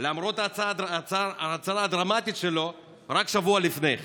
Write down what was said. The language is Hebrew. למרות ההצהרה הדרמטית שלו רק שבוע לפני כן,